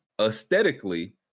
aesthetically